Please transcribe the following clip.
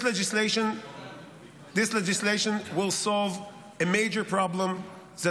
This legislation will solve a major problem that